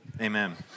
Amen